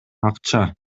акча